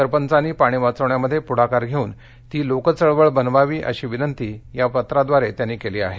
सरपंचांनी पाणी वाचवण्यामध्ये पुढाकार घेऊन ती लोकचळवळ बनवावी अशी विनंती या पत्राद्वारे केली आहे